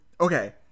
okay